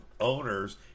owners